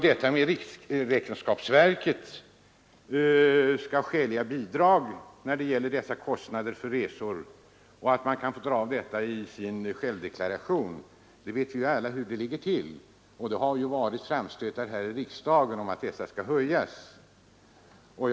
Att riksskatteverket fastställer grunder för beräkning av skäliga avdrag för resekostnader som man kan få göra i sin självdeklaration är välbekant. Det vet vi ju alla hur det ligger till. Det har varit framstötar här i riksdagen om att dessa avdrag borde höjas.